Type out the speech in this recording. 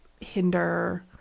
hinder